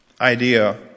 idea